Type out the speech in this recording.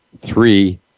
three